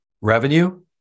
revenue